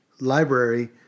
library